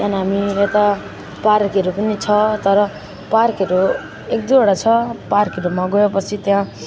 त्यहाँ हामी यता पार्कहरू पनि छ तर पार्कहरू एक दुइवटा छ पार्कहरूमा गए पछि त्यहाँ